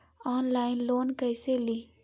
Online loan कैसे ली?